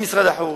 עם משרד החוץ,